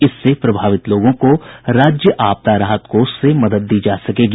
इससे प्रभावित लोगों को राज्य आपदा राहत कोष से मदद दी जा सकेगी